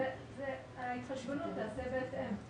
ההתחשבנות תיעשה בהתאם.